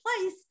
place